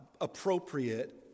appropriate